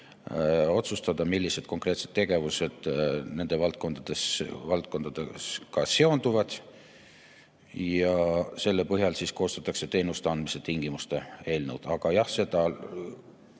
otsustada, millised konkreetsed tegevused nende valdkondadega seonduvad. Ja selle põhjal koostatakse teenuste andmise tingimuste eelnõud. Aga jah, seda